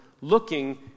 looking